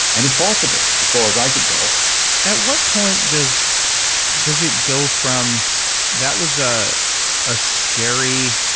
and it's possible as far as i can tell at what point does does it go from that was ah a scary